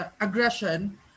aggression